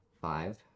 Five